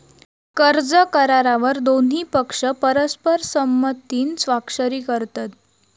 कर्ज करारावर दोन्ही पक्ष परस्पर संमतीन स्वाक्षरी करतत